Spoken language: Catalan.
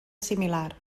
similar